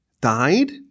died